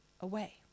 away